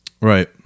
Right